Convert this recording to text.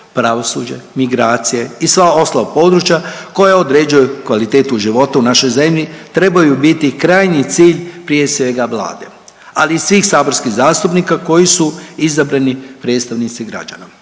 pravosuđe, migracije i sva ostala područja koja određuju kvalitetu života u našoj zemlji trebaju biti krajnji cilj prije svega Vlade, ali i svih saborskih zastupnika koji su izabrani predstavnici građana.